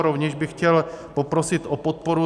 Rovněž bych chtěl poprosit o podporu.